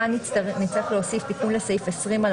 כאן נצטרך להוסיף תיקון לסעיף 20 על